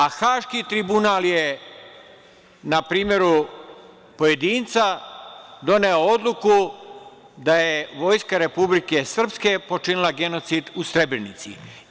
A Haški tribunal je na primeru pojedinca doneo odluku da je vojska Republike Srpske počinila genocid u Srebrenici.